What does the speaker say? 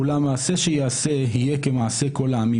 אולם מעשה שייעשה, יהיה כמעשה כל העמים.